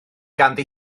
ganddi